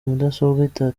mudasobwa